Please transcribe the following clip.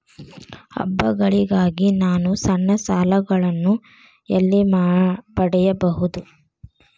ಹಬ್ಬಗಳಿಗಾಗಿ ನಾನು ಸಣ್ಣ ಸಾಲಗಳನ್ನು ಎಲ್ಲಿ ಪಡೆಯಬಹುದು?